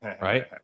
Right